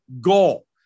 goal